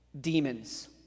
Demons